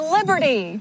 Liberty